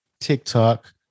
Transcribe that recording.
TikTok